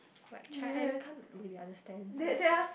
like Chi~ I can't really understand